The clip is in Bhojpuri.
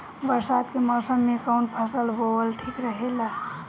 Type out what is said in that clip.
बरसात के मौसम में कउन फसल बोअल ठिक रहेला?